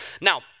Now